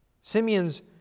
Simeon's